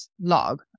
log